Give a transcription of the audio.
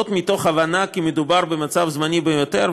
מתוך הבנה כי מדובר במצב זמני ביותר,